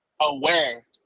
aware